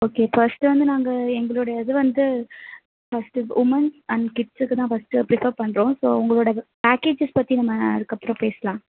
okay first வந்து நாங்கள் எங்களோட இது வந்து ஃபஸ்ட் உமென்ஸ் அண்ட் கிட்ஸுக்குதான் ஃபஸ்ட்டு ப்ரிஃபர் பண்ணுறோம் ஸோ உங்களோட பேக்கேஜஸ் பற்றி நம்ம அதுக்கப்புறம் பேசலாம்